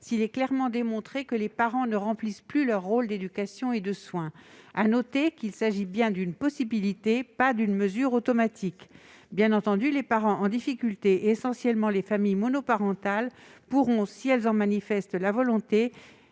s'il est clairement démontré que les parents ne remplissent plus leur rôle d'éducation et de soins. Je souligne bien qu'il s'agit d'une possibilité, et non d'une mesure automatique. Bien entendu, les parents en difficulté, essentiellement les familles monoparentales, pourront être aidés s'ils manifestent la volonté